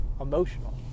emotional